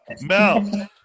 Mel